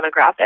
demographic